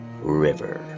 River